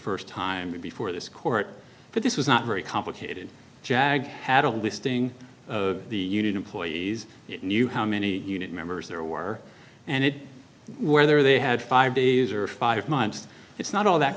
first time before this court but this was not very complicated jag had a listing the union employees knew how many unit members there were and it whether they had five days or five months it's not all that